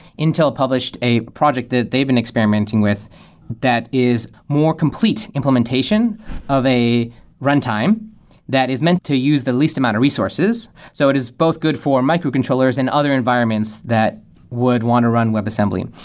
intel published a project that they've been experimenting with that is more complete implementation of a runtime that is meant to use the least amount of resources. so it is both good for microcontrollers and other environments that would want to run webassembly.